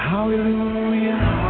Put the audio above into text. Hallelujah